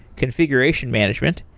configuration management,